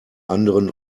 anderen